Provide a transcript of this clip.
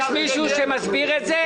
יש מישהו שמסביר את זה?